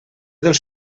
dels